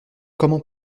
comment